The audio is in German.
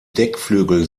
deckflügel